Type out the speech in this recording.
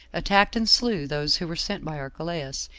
attacked and slew those who were sent by archelaus,